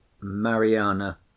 Mariana